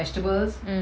mm